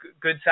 good